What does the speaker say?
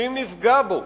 שאם נפגע בו